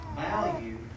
value